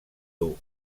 dur